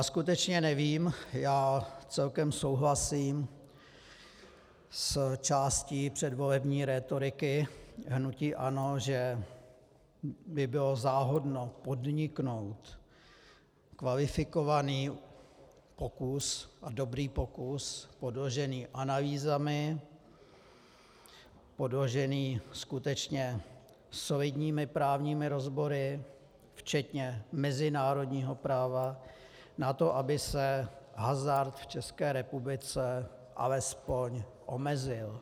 Skutečně nevím, celkem souhlasím s částí předvolební rétoriky hnutí ANO, že by bylo záhodno podniknout kvalifikovaný pokus a dobrý pokus podložený analýzami, podložený skutečně solidními právními rozbory včetně mezinárodního práva na to, aby se hazard v České republice alespoň omezil.